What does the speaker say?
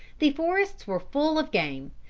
the forests were full of game,